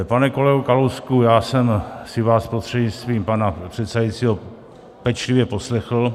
Pane kolego Kalousku, já jsem si vás prostřednictvím pana předsedajícího pečlivě poslechl.